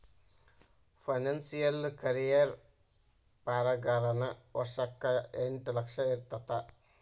financial career ಪಾಗಾರನ ವರ್ಷಕ್ಕ ಎಂಟ್ ಲಕ್ಷ ಇರತ್ತ